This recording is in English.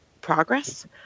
progress